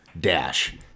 dash